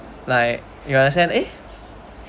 like you understand ya